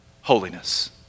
holiness